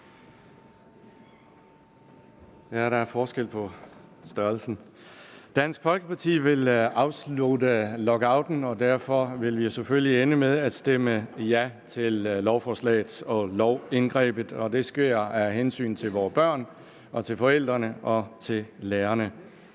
Alex Ahrendtsen (DF): Dansk Folkeparti vil afslutte lockouten, og derfor vil vi selvfølgelig ende med at stemme ja til lovforslaget og indgrebet. Og det gør vi af hensyn til børnene, forældrene og til lærerne.